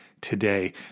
today